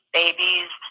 babies